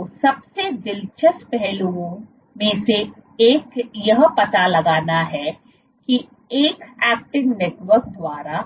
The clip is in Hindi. तो सबसे दिलचस्प पहलुओं में से एक यह पता लगाना है कि एक एक्टिन नेटवर्क द्वारा